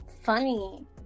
funny